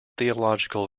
theological